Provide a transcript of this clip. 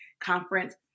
conference